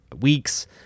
weeks